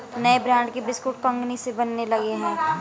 नए ब्रांड के बिस्कुट कंगनी से बनने लगे हैं